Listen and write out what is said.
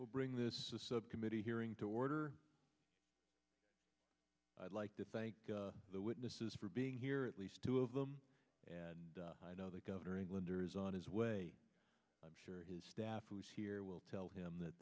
will bring this subcommittee hearing to order i'd like to thank the witnesses for being here at least two of them and i know the governor englander's on his way i'm sure his staff was here will tell him that